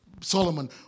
Solomon